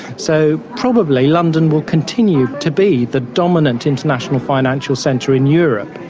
so probably london will continue to be the dominant international financial centre in europe,